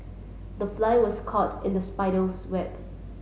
the fly was caught in the spider's web